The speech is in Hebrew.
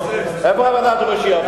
איפה הפרדת הרשויות?